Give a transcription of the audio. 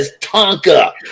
Tonka